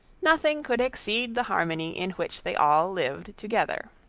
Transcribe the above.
nothing could exceed the harmony in which they all lived together.